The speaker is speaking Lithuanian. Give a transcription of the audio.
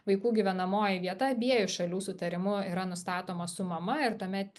vaikų gyvenamoji vieta abiejų šalių sutarimu yra nustatoma su mama ir tuomet